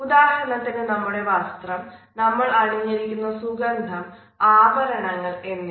ഉദാഹരണത്തിന് നമ്മുടെ വസ്ത്രം നമ്മൾ അണിഞ്ഞിരിക്കുന്ന സുഗന്ധം ആഭരണങ്ങൾ എന്നിവ